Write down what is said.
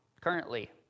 currently